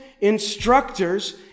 instructors